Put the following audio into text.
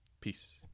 peace